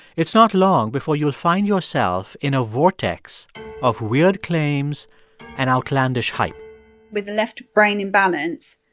it's not long before you'll find yourself in a vortex of weird claims and outlandish hype with left brain imbalance,